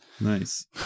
Nice